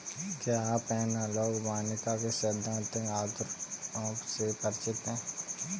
क्या आप एनालॉग वानिकी के सैद्धांतिक आधारों से परिचित हैं?